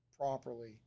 properly